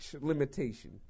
limitation